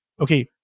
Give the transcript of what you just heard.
okay